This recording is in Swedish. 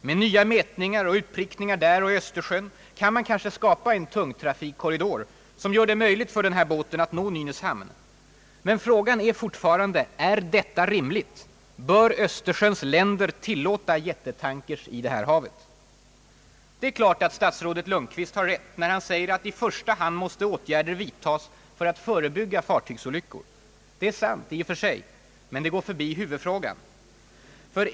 Med nya mätningar och utprickningar där och i Östersjön kan man kanske skapa en tungtrafikkorridor som gör det möjligt för den här båten att nå Nynäshamn. Men frågan är fortfarande: Är detta rimligt? Bör Östersjöns länder tillåta jättetankers i detta hav? Det är klart att statsrådet Lundkvist har rätt när han säger att »i första hand måste åtgärder vidtas för att förebygga fartygsolyckor». Det är sant i och för sig — men det går förbi huvudfrågan.